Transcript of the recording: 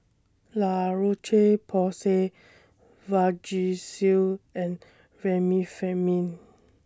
La Roche Porsay Vagisil and Remifemin